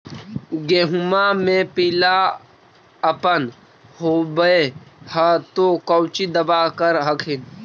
गोहुमा मे पिला अपन होबै ह तो कौची दबा कर हखिन?